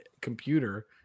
computer